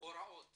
הוראות